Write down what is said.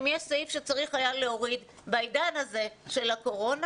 אם יש סעיף שהיה צריך להוריד אותו בעידן הזה של הקורונה,